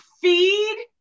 feed